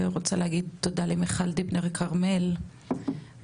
אני רוצה להגיד תודה למיכל דיבנר כרמל ולטל,